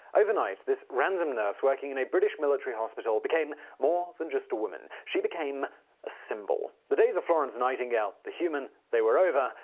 overnight, this random nurse working in a british military hospital became more than just a woman. she became a symbol. the days of florence nightingale, the human, were over.